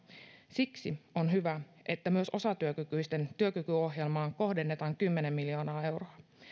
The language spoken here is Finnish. siksi on hyvä että myös osatyökykyisten työkykyohjelmaan kohdennetaan kymmenen miljoonaa euroa